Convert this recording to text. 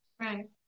Right